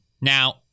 Now